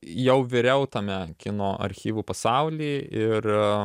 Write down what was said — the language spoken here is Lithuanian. jau viriau tame kino archyvų pasauly ir